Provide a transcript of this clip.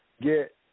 get